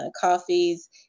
coffees